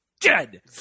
dead